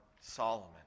Solomon